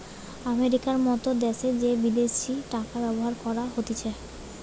আমেরিকার মত দ্যাশে যে বিদেশি টাকা ব্যবহার করা হতিছে